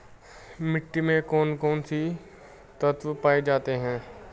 मिट्टी में कौन कौन से तत्व पाए जाते हैं?